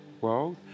world